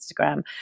Instagram